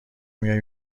میای